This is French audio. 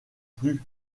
plus